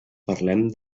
parlem